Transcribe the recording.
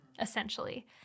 essentially